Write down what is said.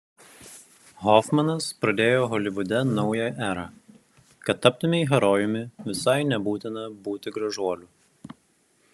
hofmanas pradėjo holivude naują erą kad taptumei herojumi visai nebūtina būti gražuoliu